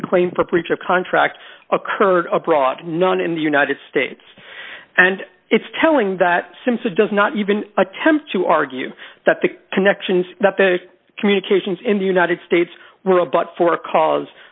claim for preacher contracts occurred abroad none in the united states and it's telling that since it does not even attempt to argue that the connections that the communications in the united states were all but for cause